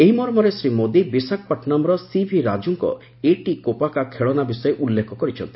ଏହି ମର୍ମରେ ଶ୍ରୀ ମୋଦି ବିଶାଖାପାଟନମର ସିଭିରାଜୁଙ୍କ ଏଟି କୋପାକା ଖେଳନା ବିଷୟ ଉଲ୍ଲେଖ କରିଛନ୍ତି